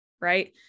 right